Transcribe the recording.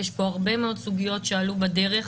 יש פה הרבה מאוד סוגיות שעלו בדרך.